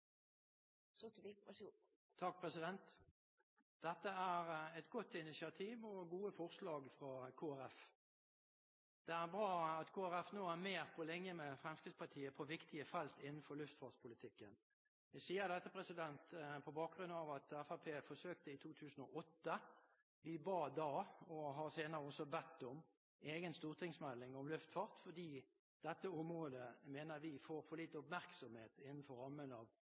vil med dette fremja mindretalet sitt forslag om at representantforslaget vert å leggja ved protokollen. Representanten Magne Rommetveit har tatt opp det forslaget han refererte til. Dette er et godt initiativ og gode forslag fra Kristelig Folkeparti. Det er bra at Kristelig Folkeparti nå er mer på linje med Fremskrittspartiet på viktige felt innenfor luftfartspolitikken. Jeg sier dette på bakgrunn av at Fremskrittspartiet i 2008 ba om – og senere også har bedt om – en egen stortingsmelding om luftfart